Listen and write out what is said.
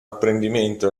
apprendimento